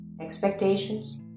expectations